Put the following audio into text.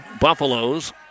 Buffaloes